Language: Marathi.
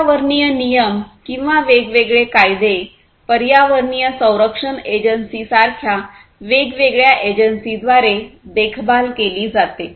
पर्यावरणीय नियम किंवा वेगवेगळे कायदे पर्यावरणीय संरक्षण एजन्सीसारख्या वेगवेगळ्या एजन्सीद्वारे देखभाल केली जाते